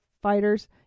fighters